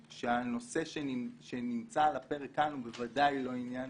שהנושא שנמצא על הפרק כאן הוא בוודאי לא עניין